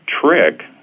trick